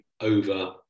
over